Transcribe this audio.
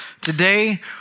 Today